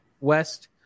West